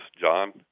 John